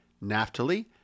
Naphtali